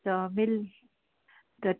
तो मिल कट